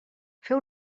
fer